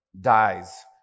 dies